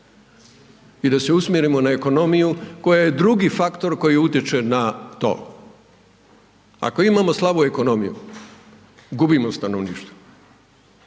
i da se usmjerimo na ekonomiju koja je drugi faktor koji utječe na to. Ako imamo slabu ekonomiju gubimo stanovništvo,